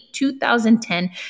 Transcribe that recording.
2010